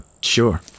sure